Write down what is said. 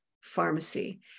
pharmacy